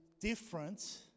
different